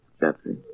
Jeffrey